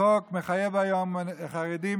החוק היום מחייב חרדים,